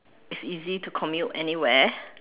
it's easy to commute anywhere